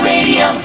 Radio